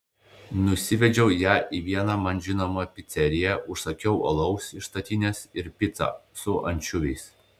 nusivedžiau ją į vieną man žinomą piceriją užsakiau alaus iš statinės ir picą su ančiuviais